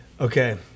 okay